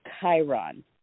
chiron